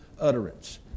utterance